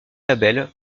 label